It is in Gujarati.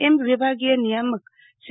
એમ વિભાગીય નિયામક સી